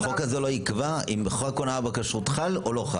החוק הזה לא יקבע אם חוק הונאה בכשרות חל או לא.